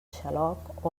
xaloc